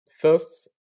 first